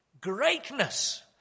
greatness